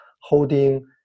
holding